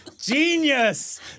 Genius